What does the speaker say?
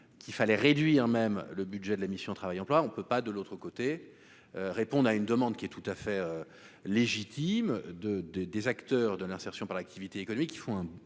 qu'il fallait réduire même le budget de la mission Travail et emploi, on ne peut pas, de l'autre côté, répondent à une demande qui est tout à fait légitime de de des acteurs de l'insertion par l'activité économique qui font un travail